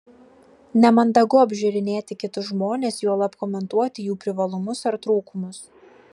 nemandagu apžiūrinėti kitus žmones juolab komentuoti jų privalumus ar trūkumus